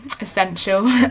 essential